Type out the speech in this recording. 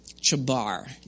Chabar